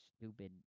stupid